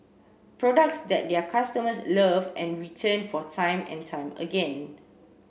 products that their customers love and return for time and time again